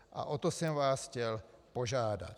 A o to jsem vás chtěl požádat.